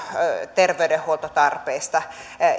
terveydenhuoltotarpeesta